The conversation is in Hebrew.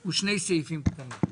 הוא שני סעיפים שהוקראו.